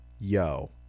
Yo